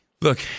Look